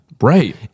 Right